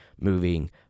moving